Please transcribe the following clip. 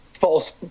false